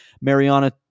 Mariana